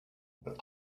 but